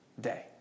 day